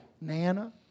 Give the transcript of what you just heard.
Nana